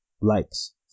likes